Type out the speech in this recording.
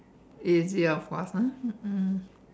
easier for us ah mm mm